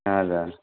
हजुर